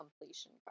completion